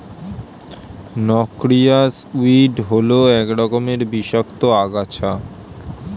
noxious weed হল এক রকমের বিষাক্ত আগাছা